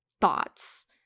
thoughts